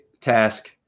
task